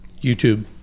YouTube